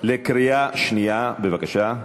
בקריאה שנייה, בבקשה.